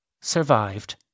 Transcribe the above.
survived